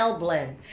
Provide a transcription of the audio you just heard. blend